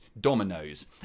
dominoes